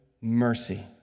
mercy